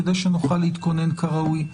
כדי שנוכל להתכונן כראוי,